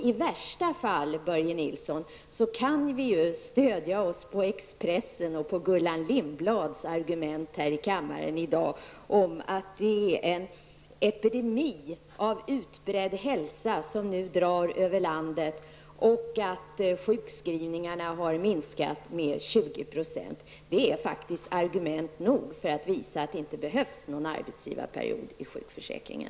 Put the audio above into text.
I värsta fall, Börje Nilsson, kan vi stödja oss på Expressen och på Gullan Lindblads argument här i kammaren i dag: det är en epidemi av utbredd hälsa som nu drar fram över landet, och sjukskrivningarna har minskat med 20 %. Det är faktiskt tillräckliga argument för att visa att det inte behövs någon arbetsgivarperiod i sjukförsäkringen.